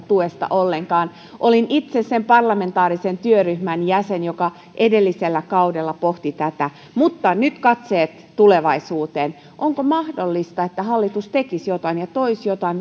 tuesta ollenkaan olin itse sen parlamentaarisen työryhmän jäsen joka edellisellä kaudella pohti tätä mutta nyt katseet tulevaisuuteen onko mahdollista että hallitus vielä tällä kaudella tekisi jotain ja toisi jotain